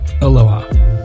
Aloha